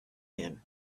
him